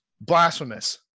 Blasphemous